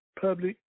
public